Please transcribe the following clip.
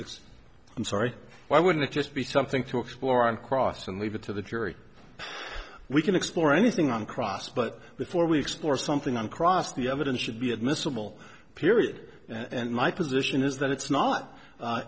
it's i'm sorry why wouldn't it just be something to explore on cross and leave it to the jury we can explore anything on cross but before we explore something on cross the evidence should be admissible period and my position is that it's not